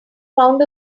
found